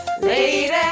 lady